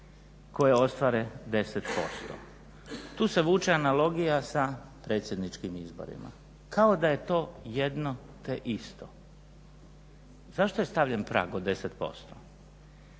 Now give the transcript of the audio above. koje ostvare 10%. Tu se vuče analogija sa predsjedničkim izborima kao da je to jedno te isto. Zašto je stavljen prag od 10%?